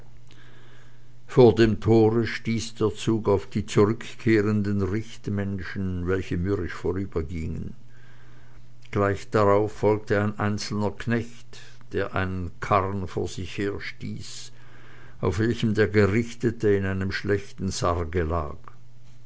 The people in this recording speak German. vor dem tore stieß der zug auf die zurückkehrenden richtmenschen welche mürrisch vorbeigingen gleich darauf folgte ein einzelner knecht der einen karren vor sich her stieß auf welchem der gerichtete in einem schlechten sarge lag